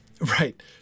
Right